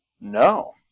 No